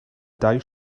dau